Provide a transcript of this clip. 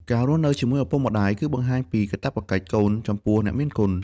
ការរស់នៅជាមួយឪពុកម្តាយ គឺបង្ហាញពីកាតព្វកិច្ចកូនចំពោះអ្នកមានគុណ។